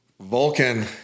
vulcan